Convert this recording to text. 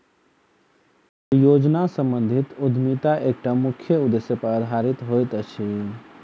परियोजना सम्बंधित उद्यमिता एकटा मुख्य उदेश्य पर आधारित होइत अछि